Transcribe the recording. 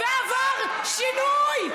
ועבר שינוי.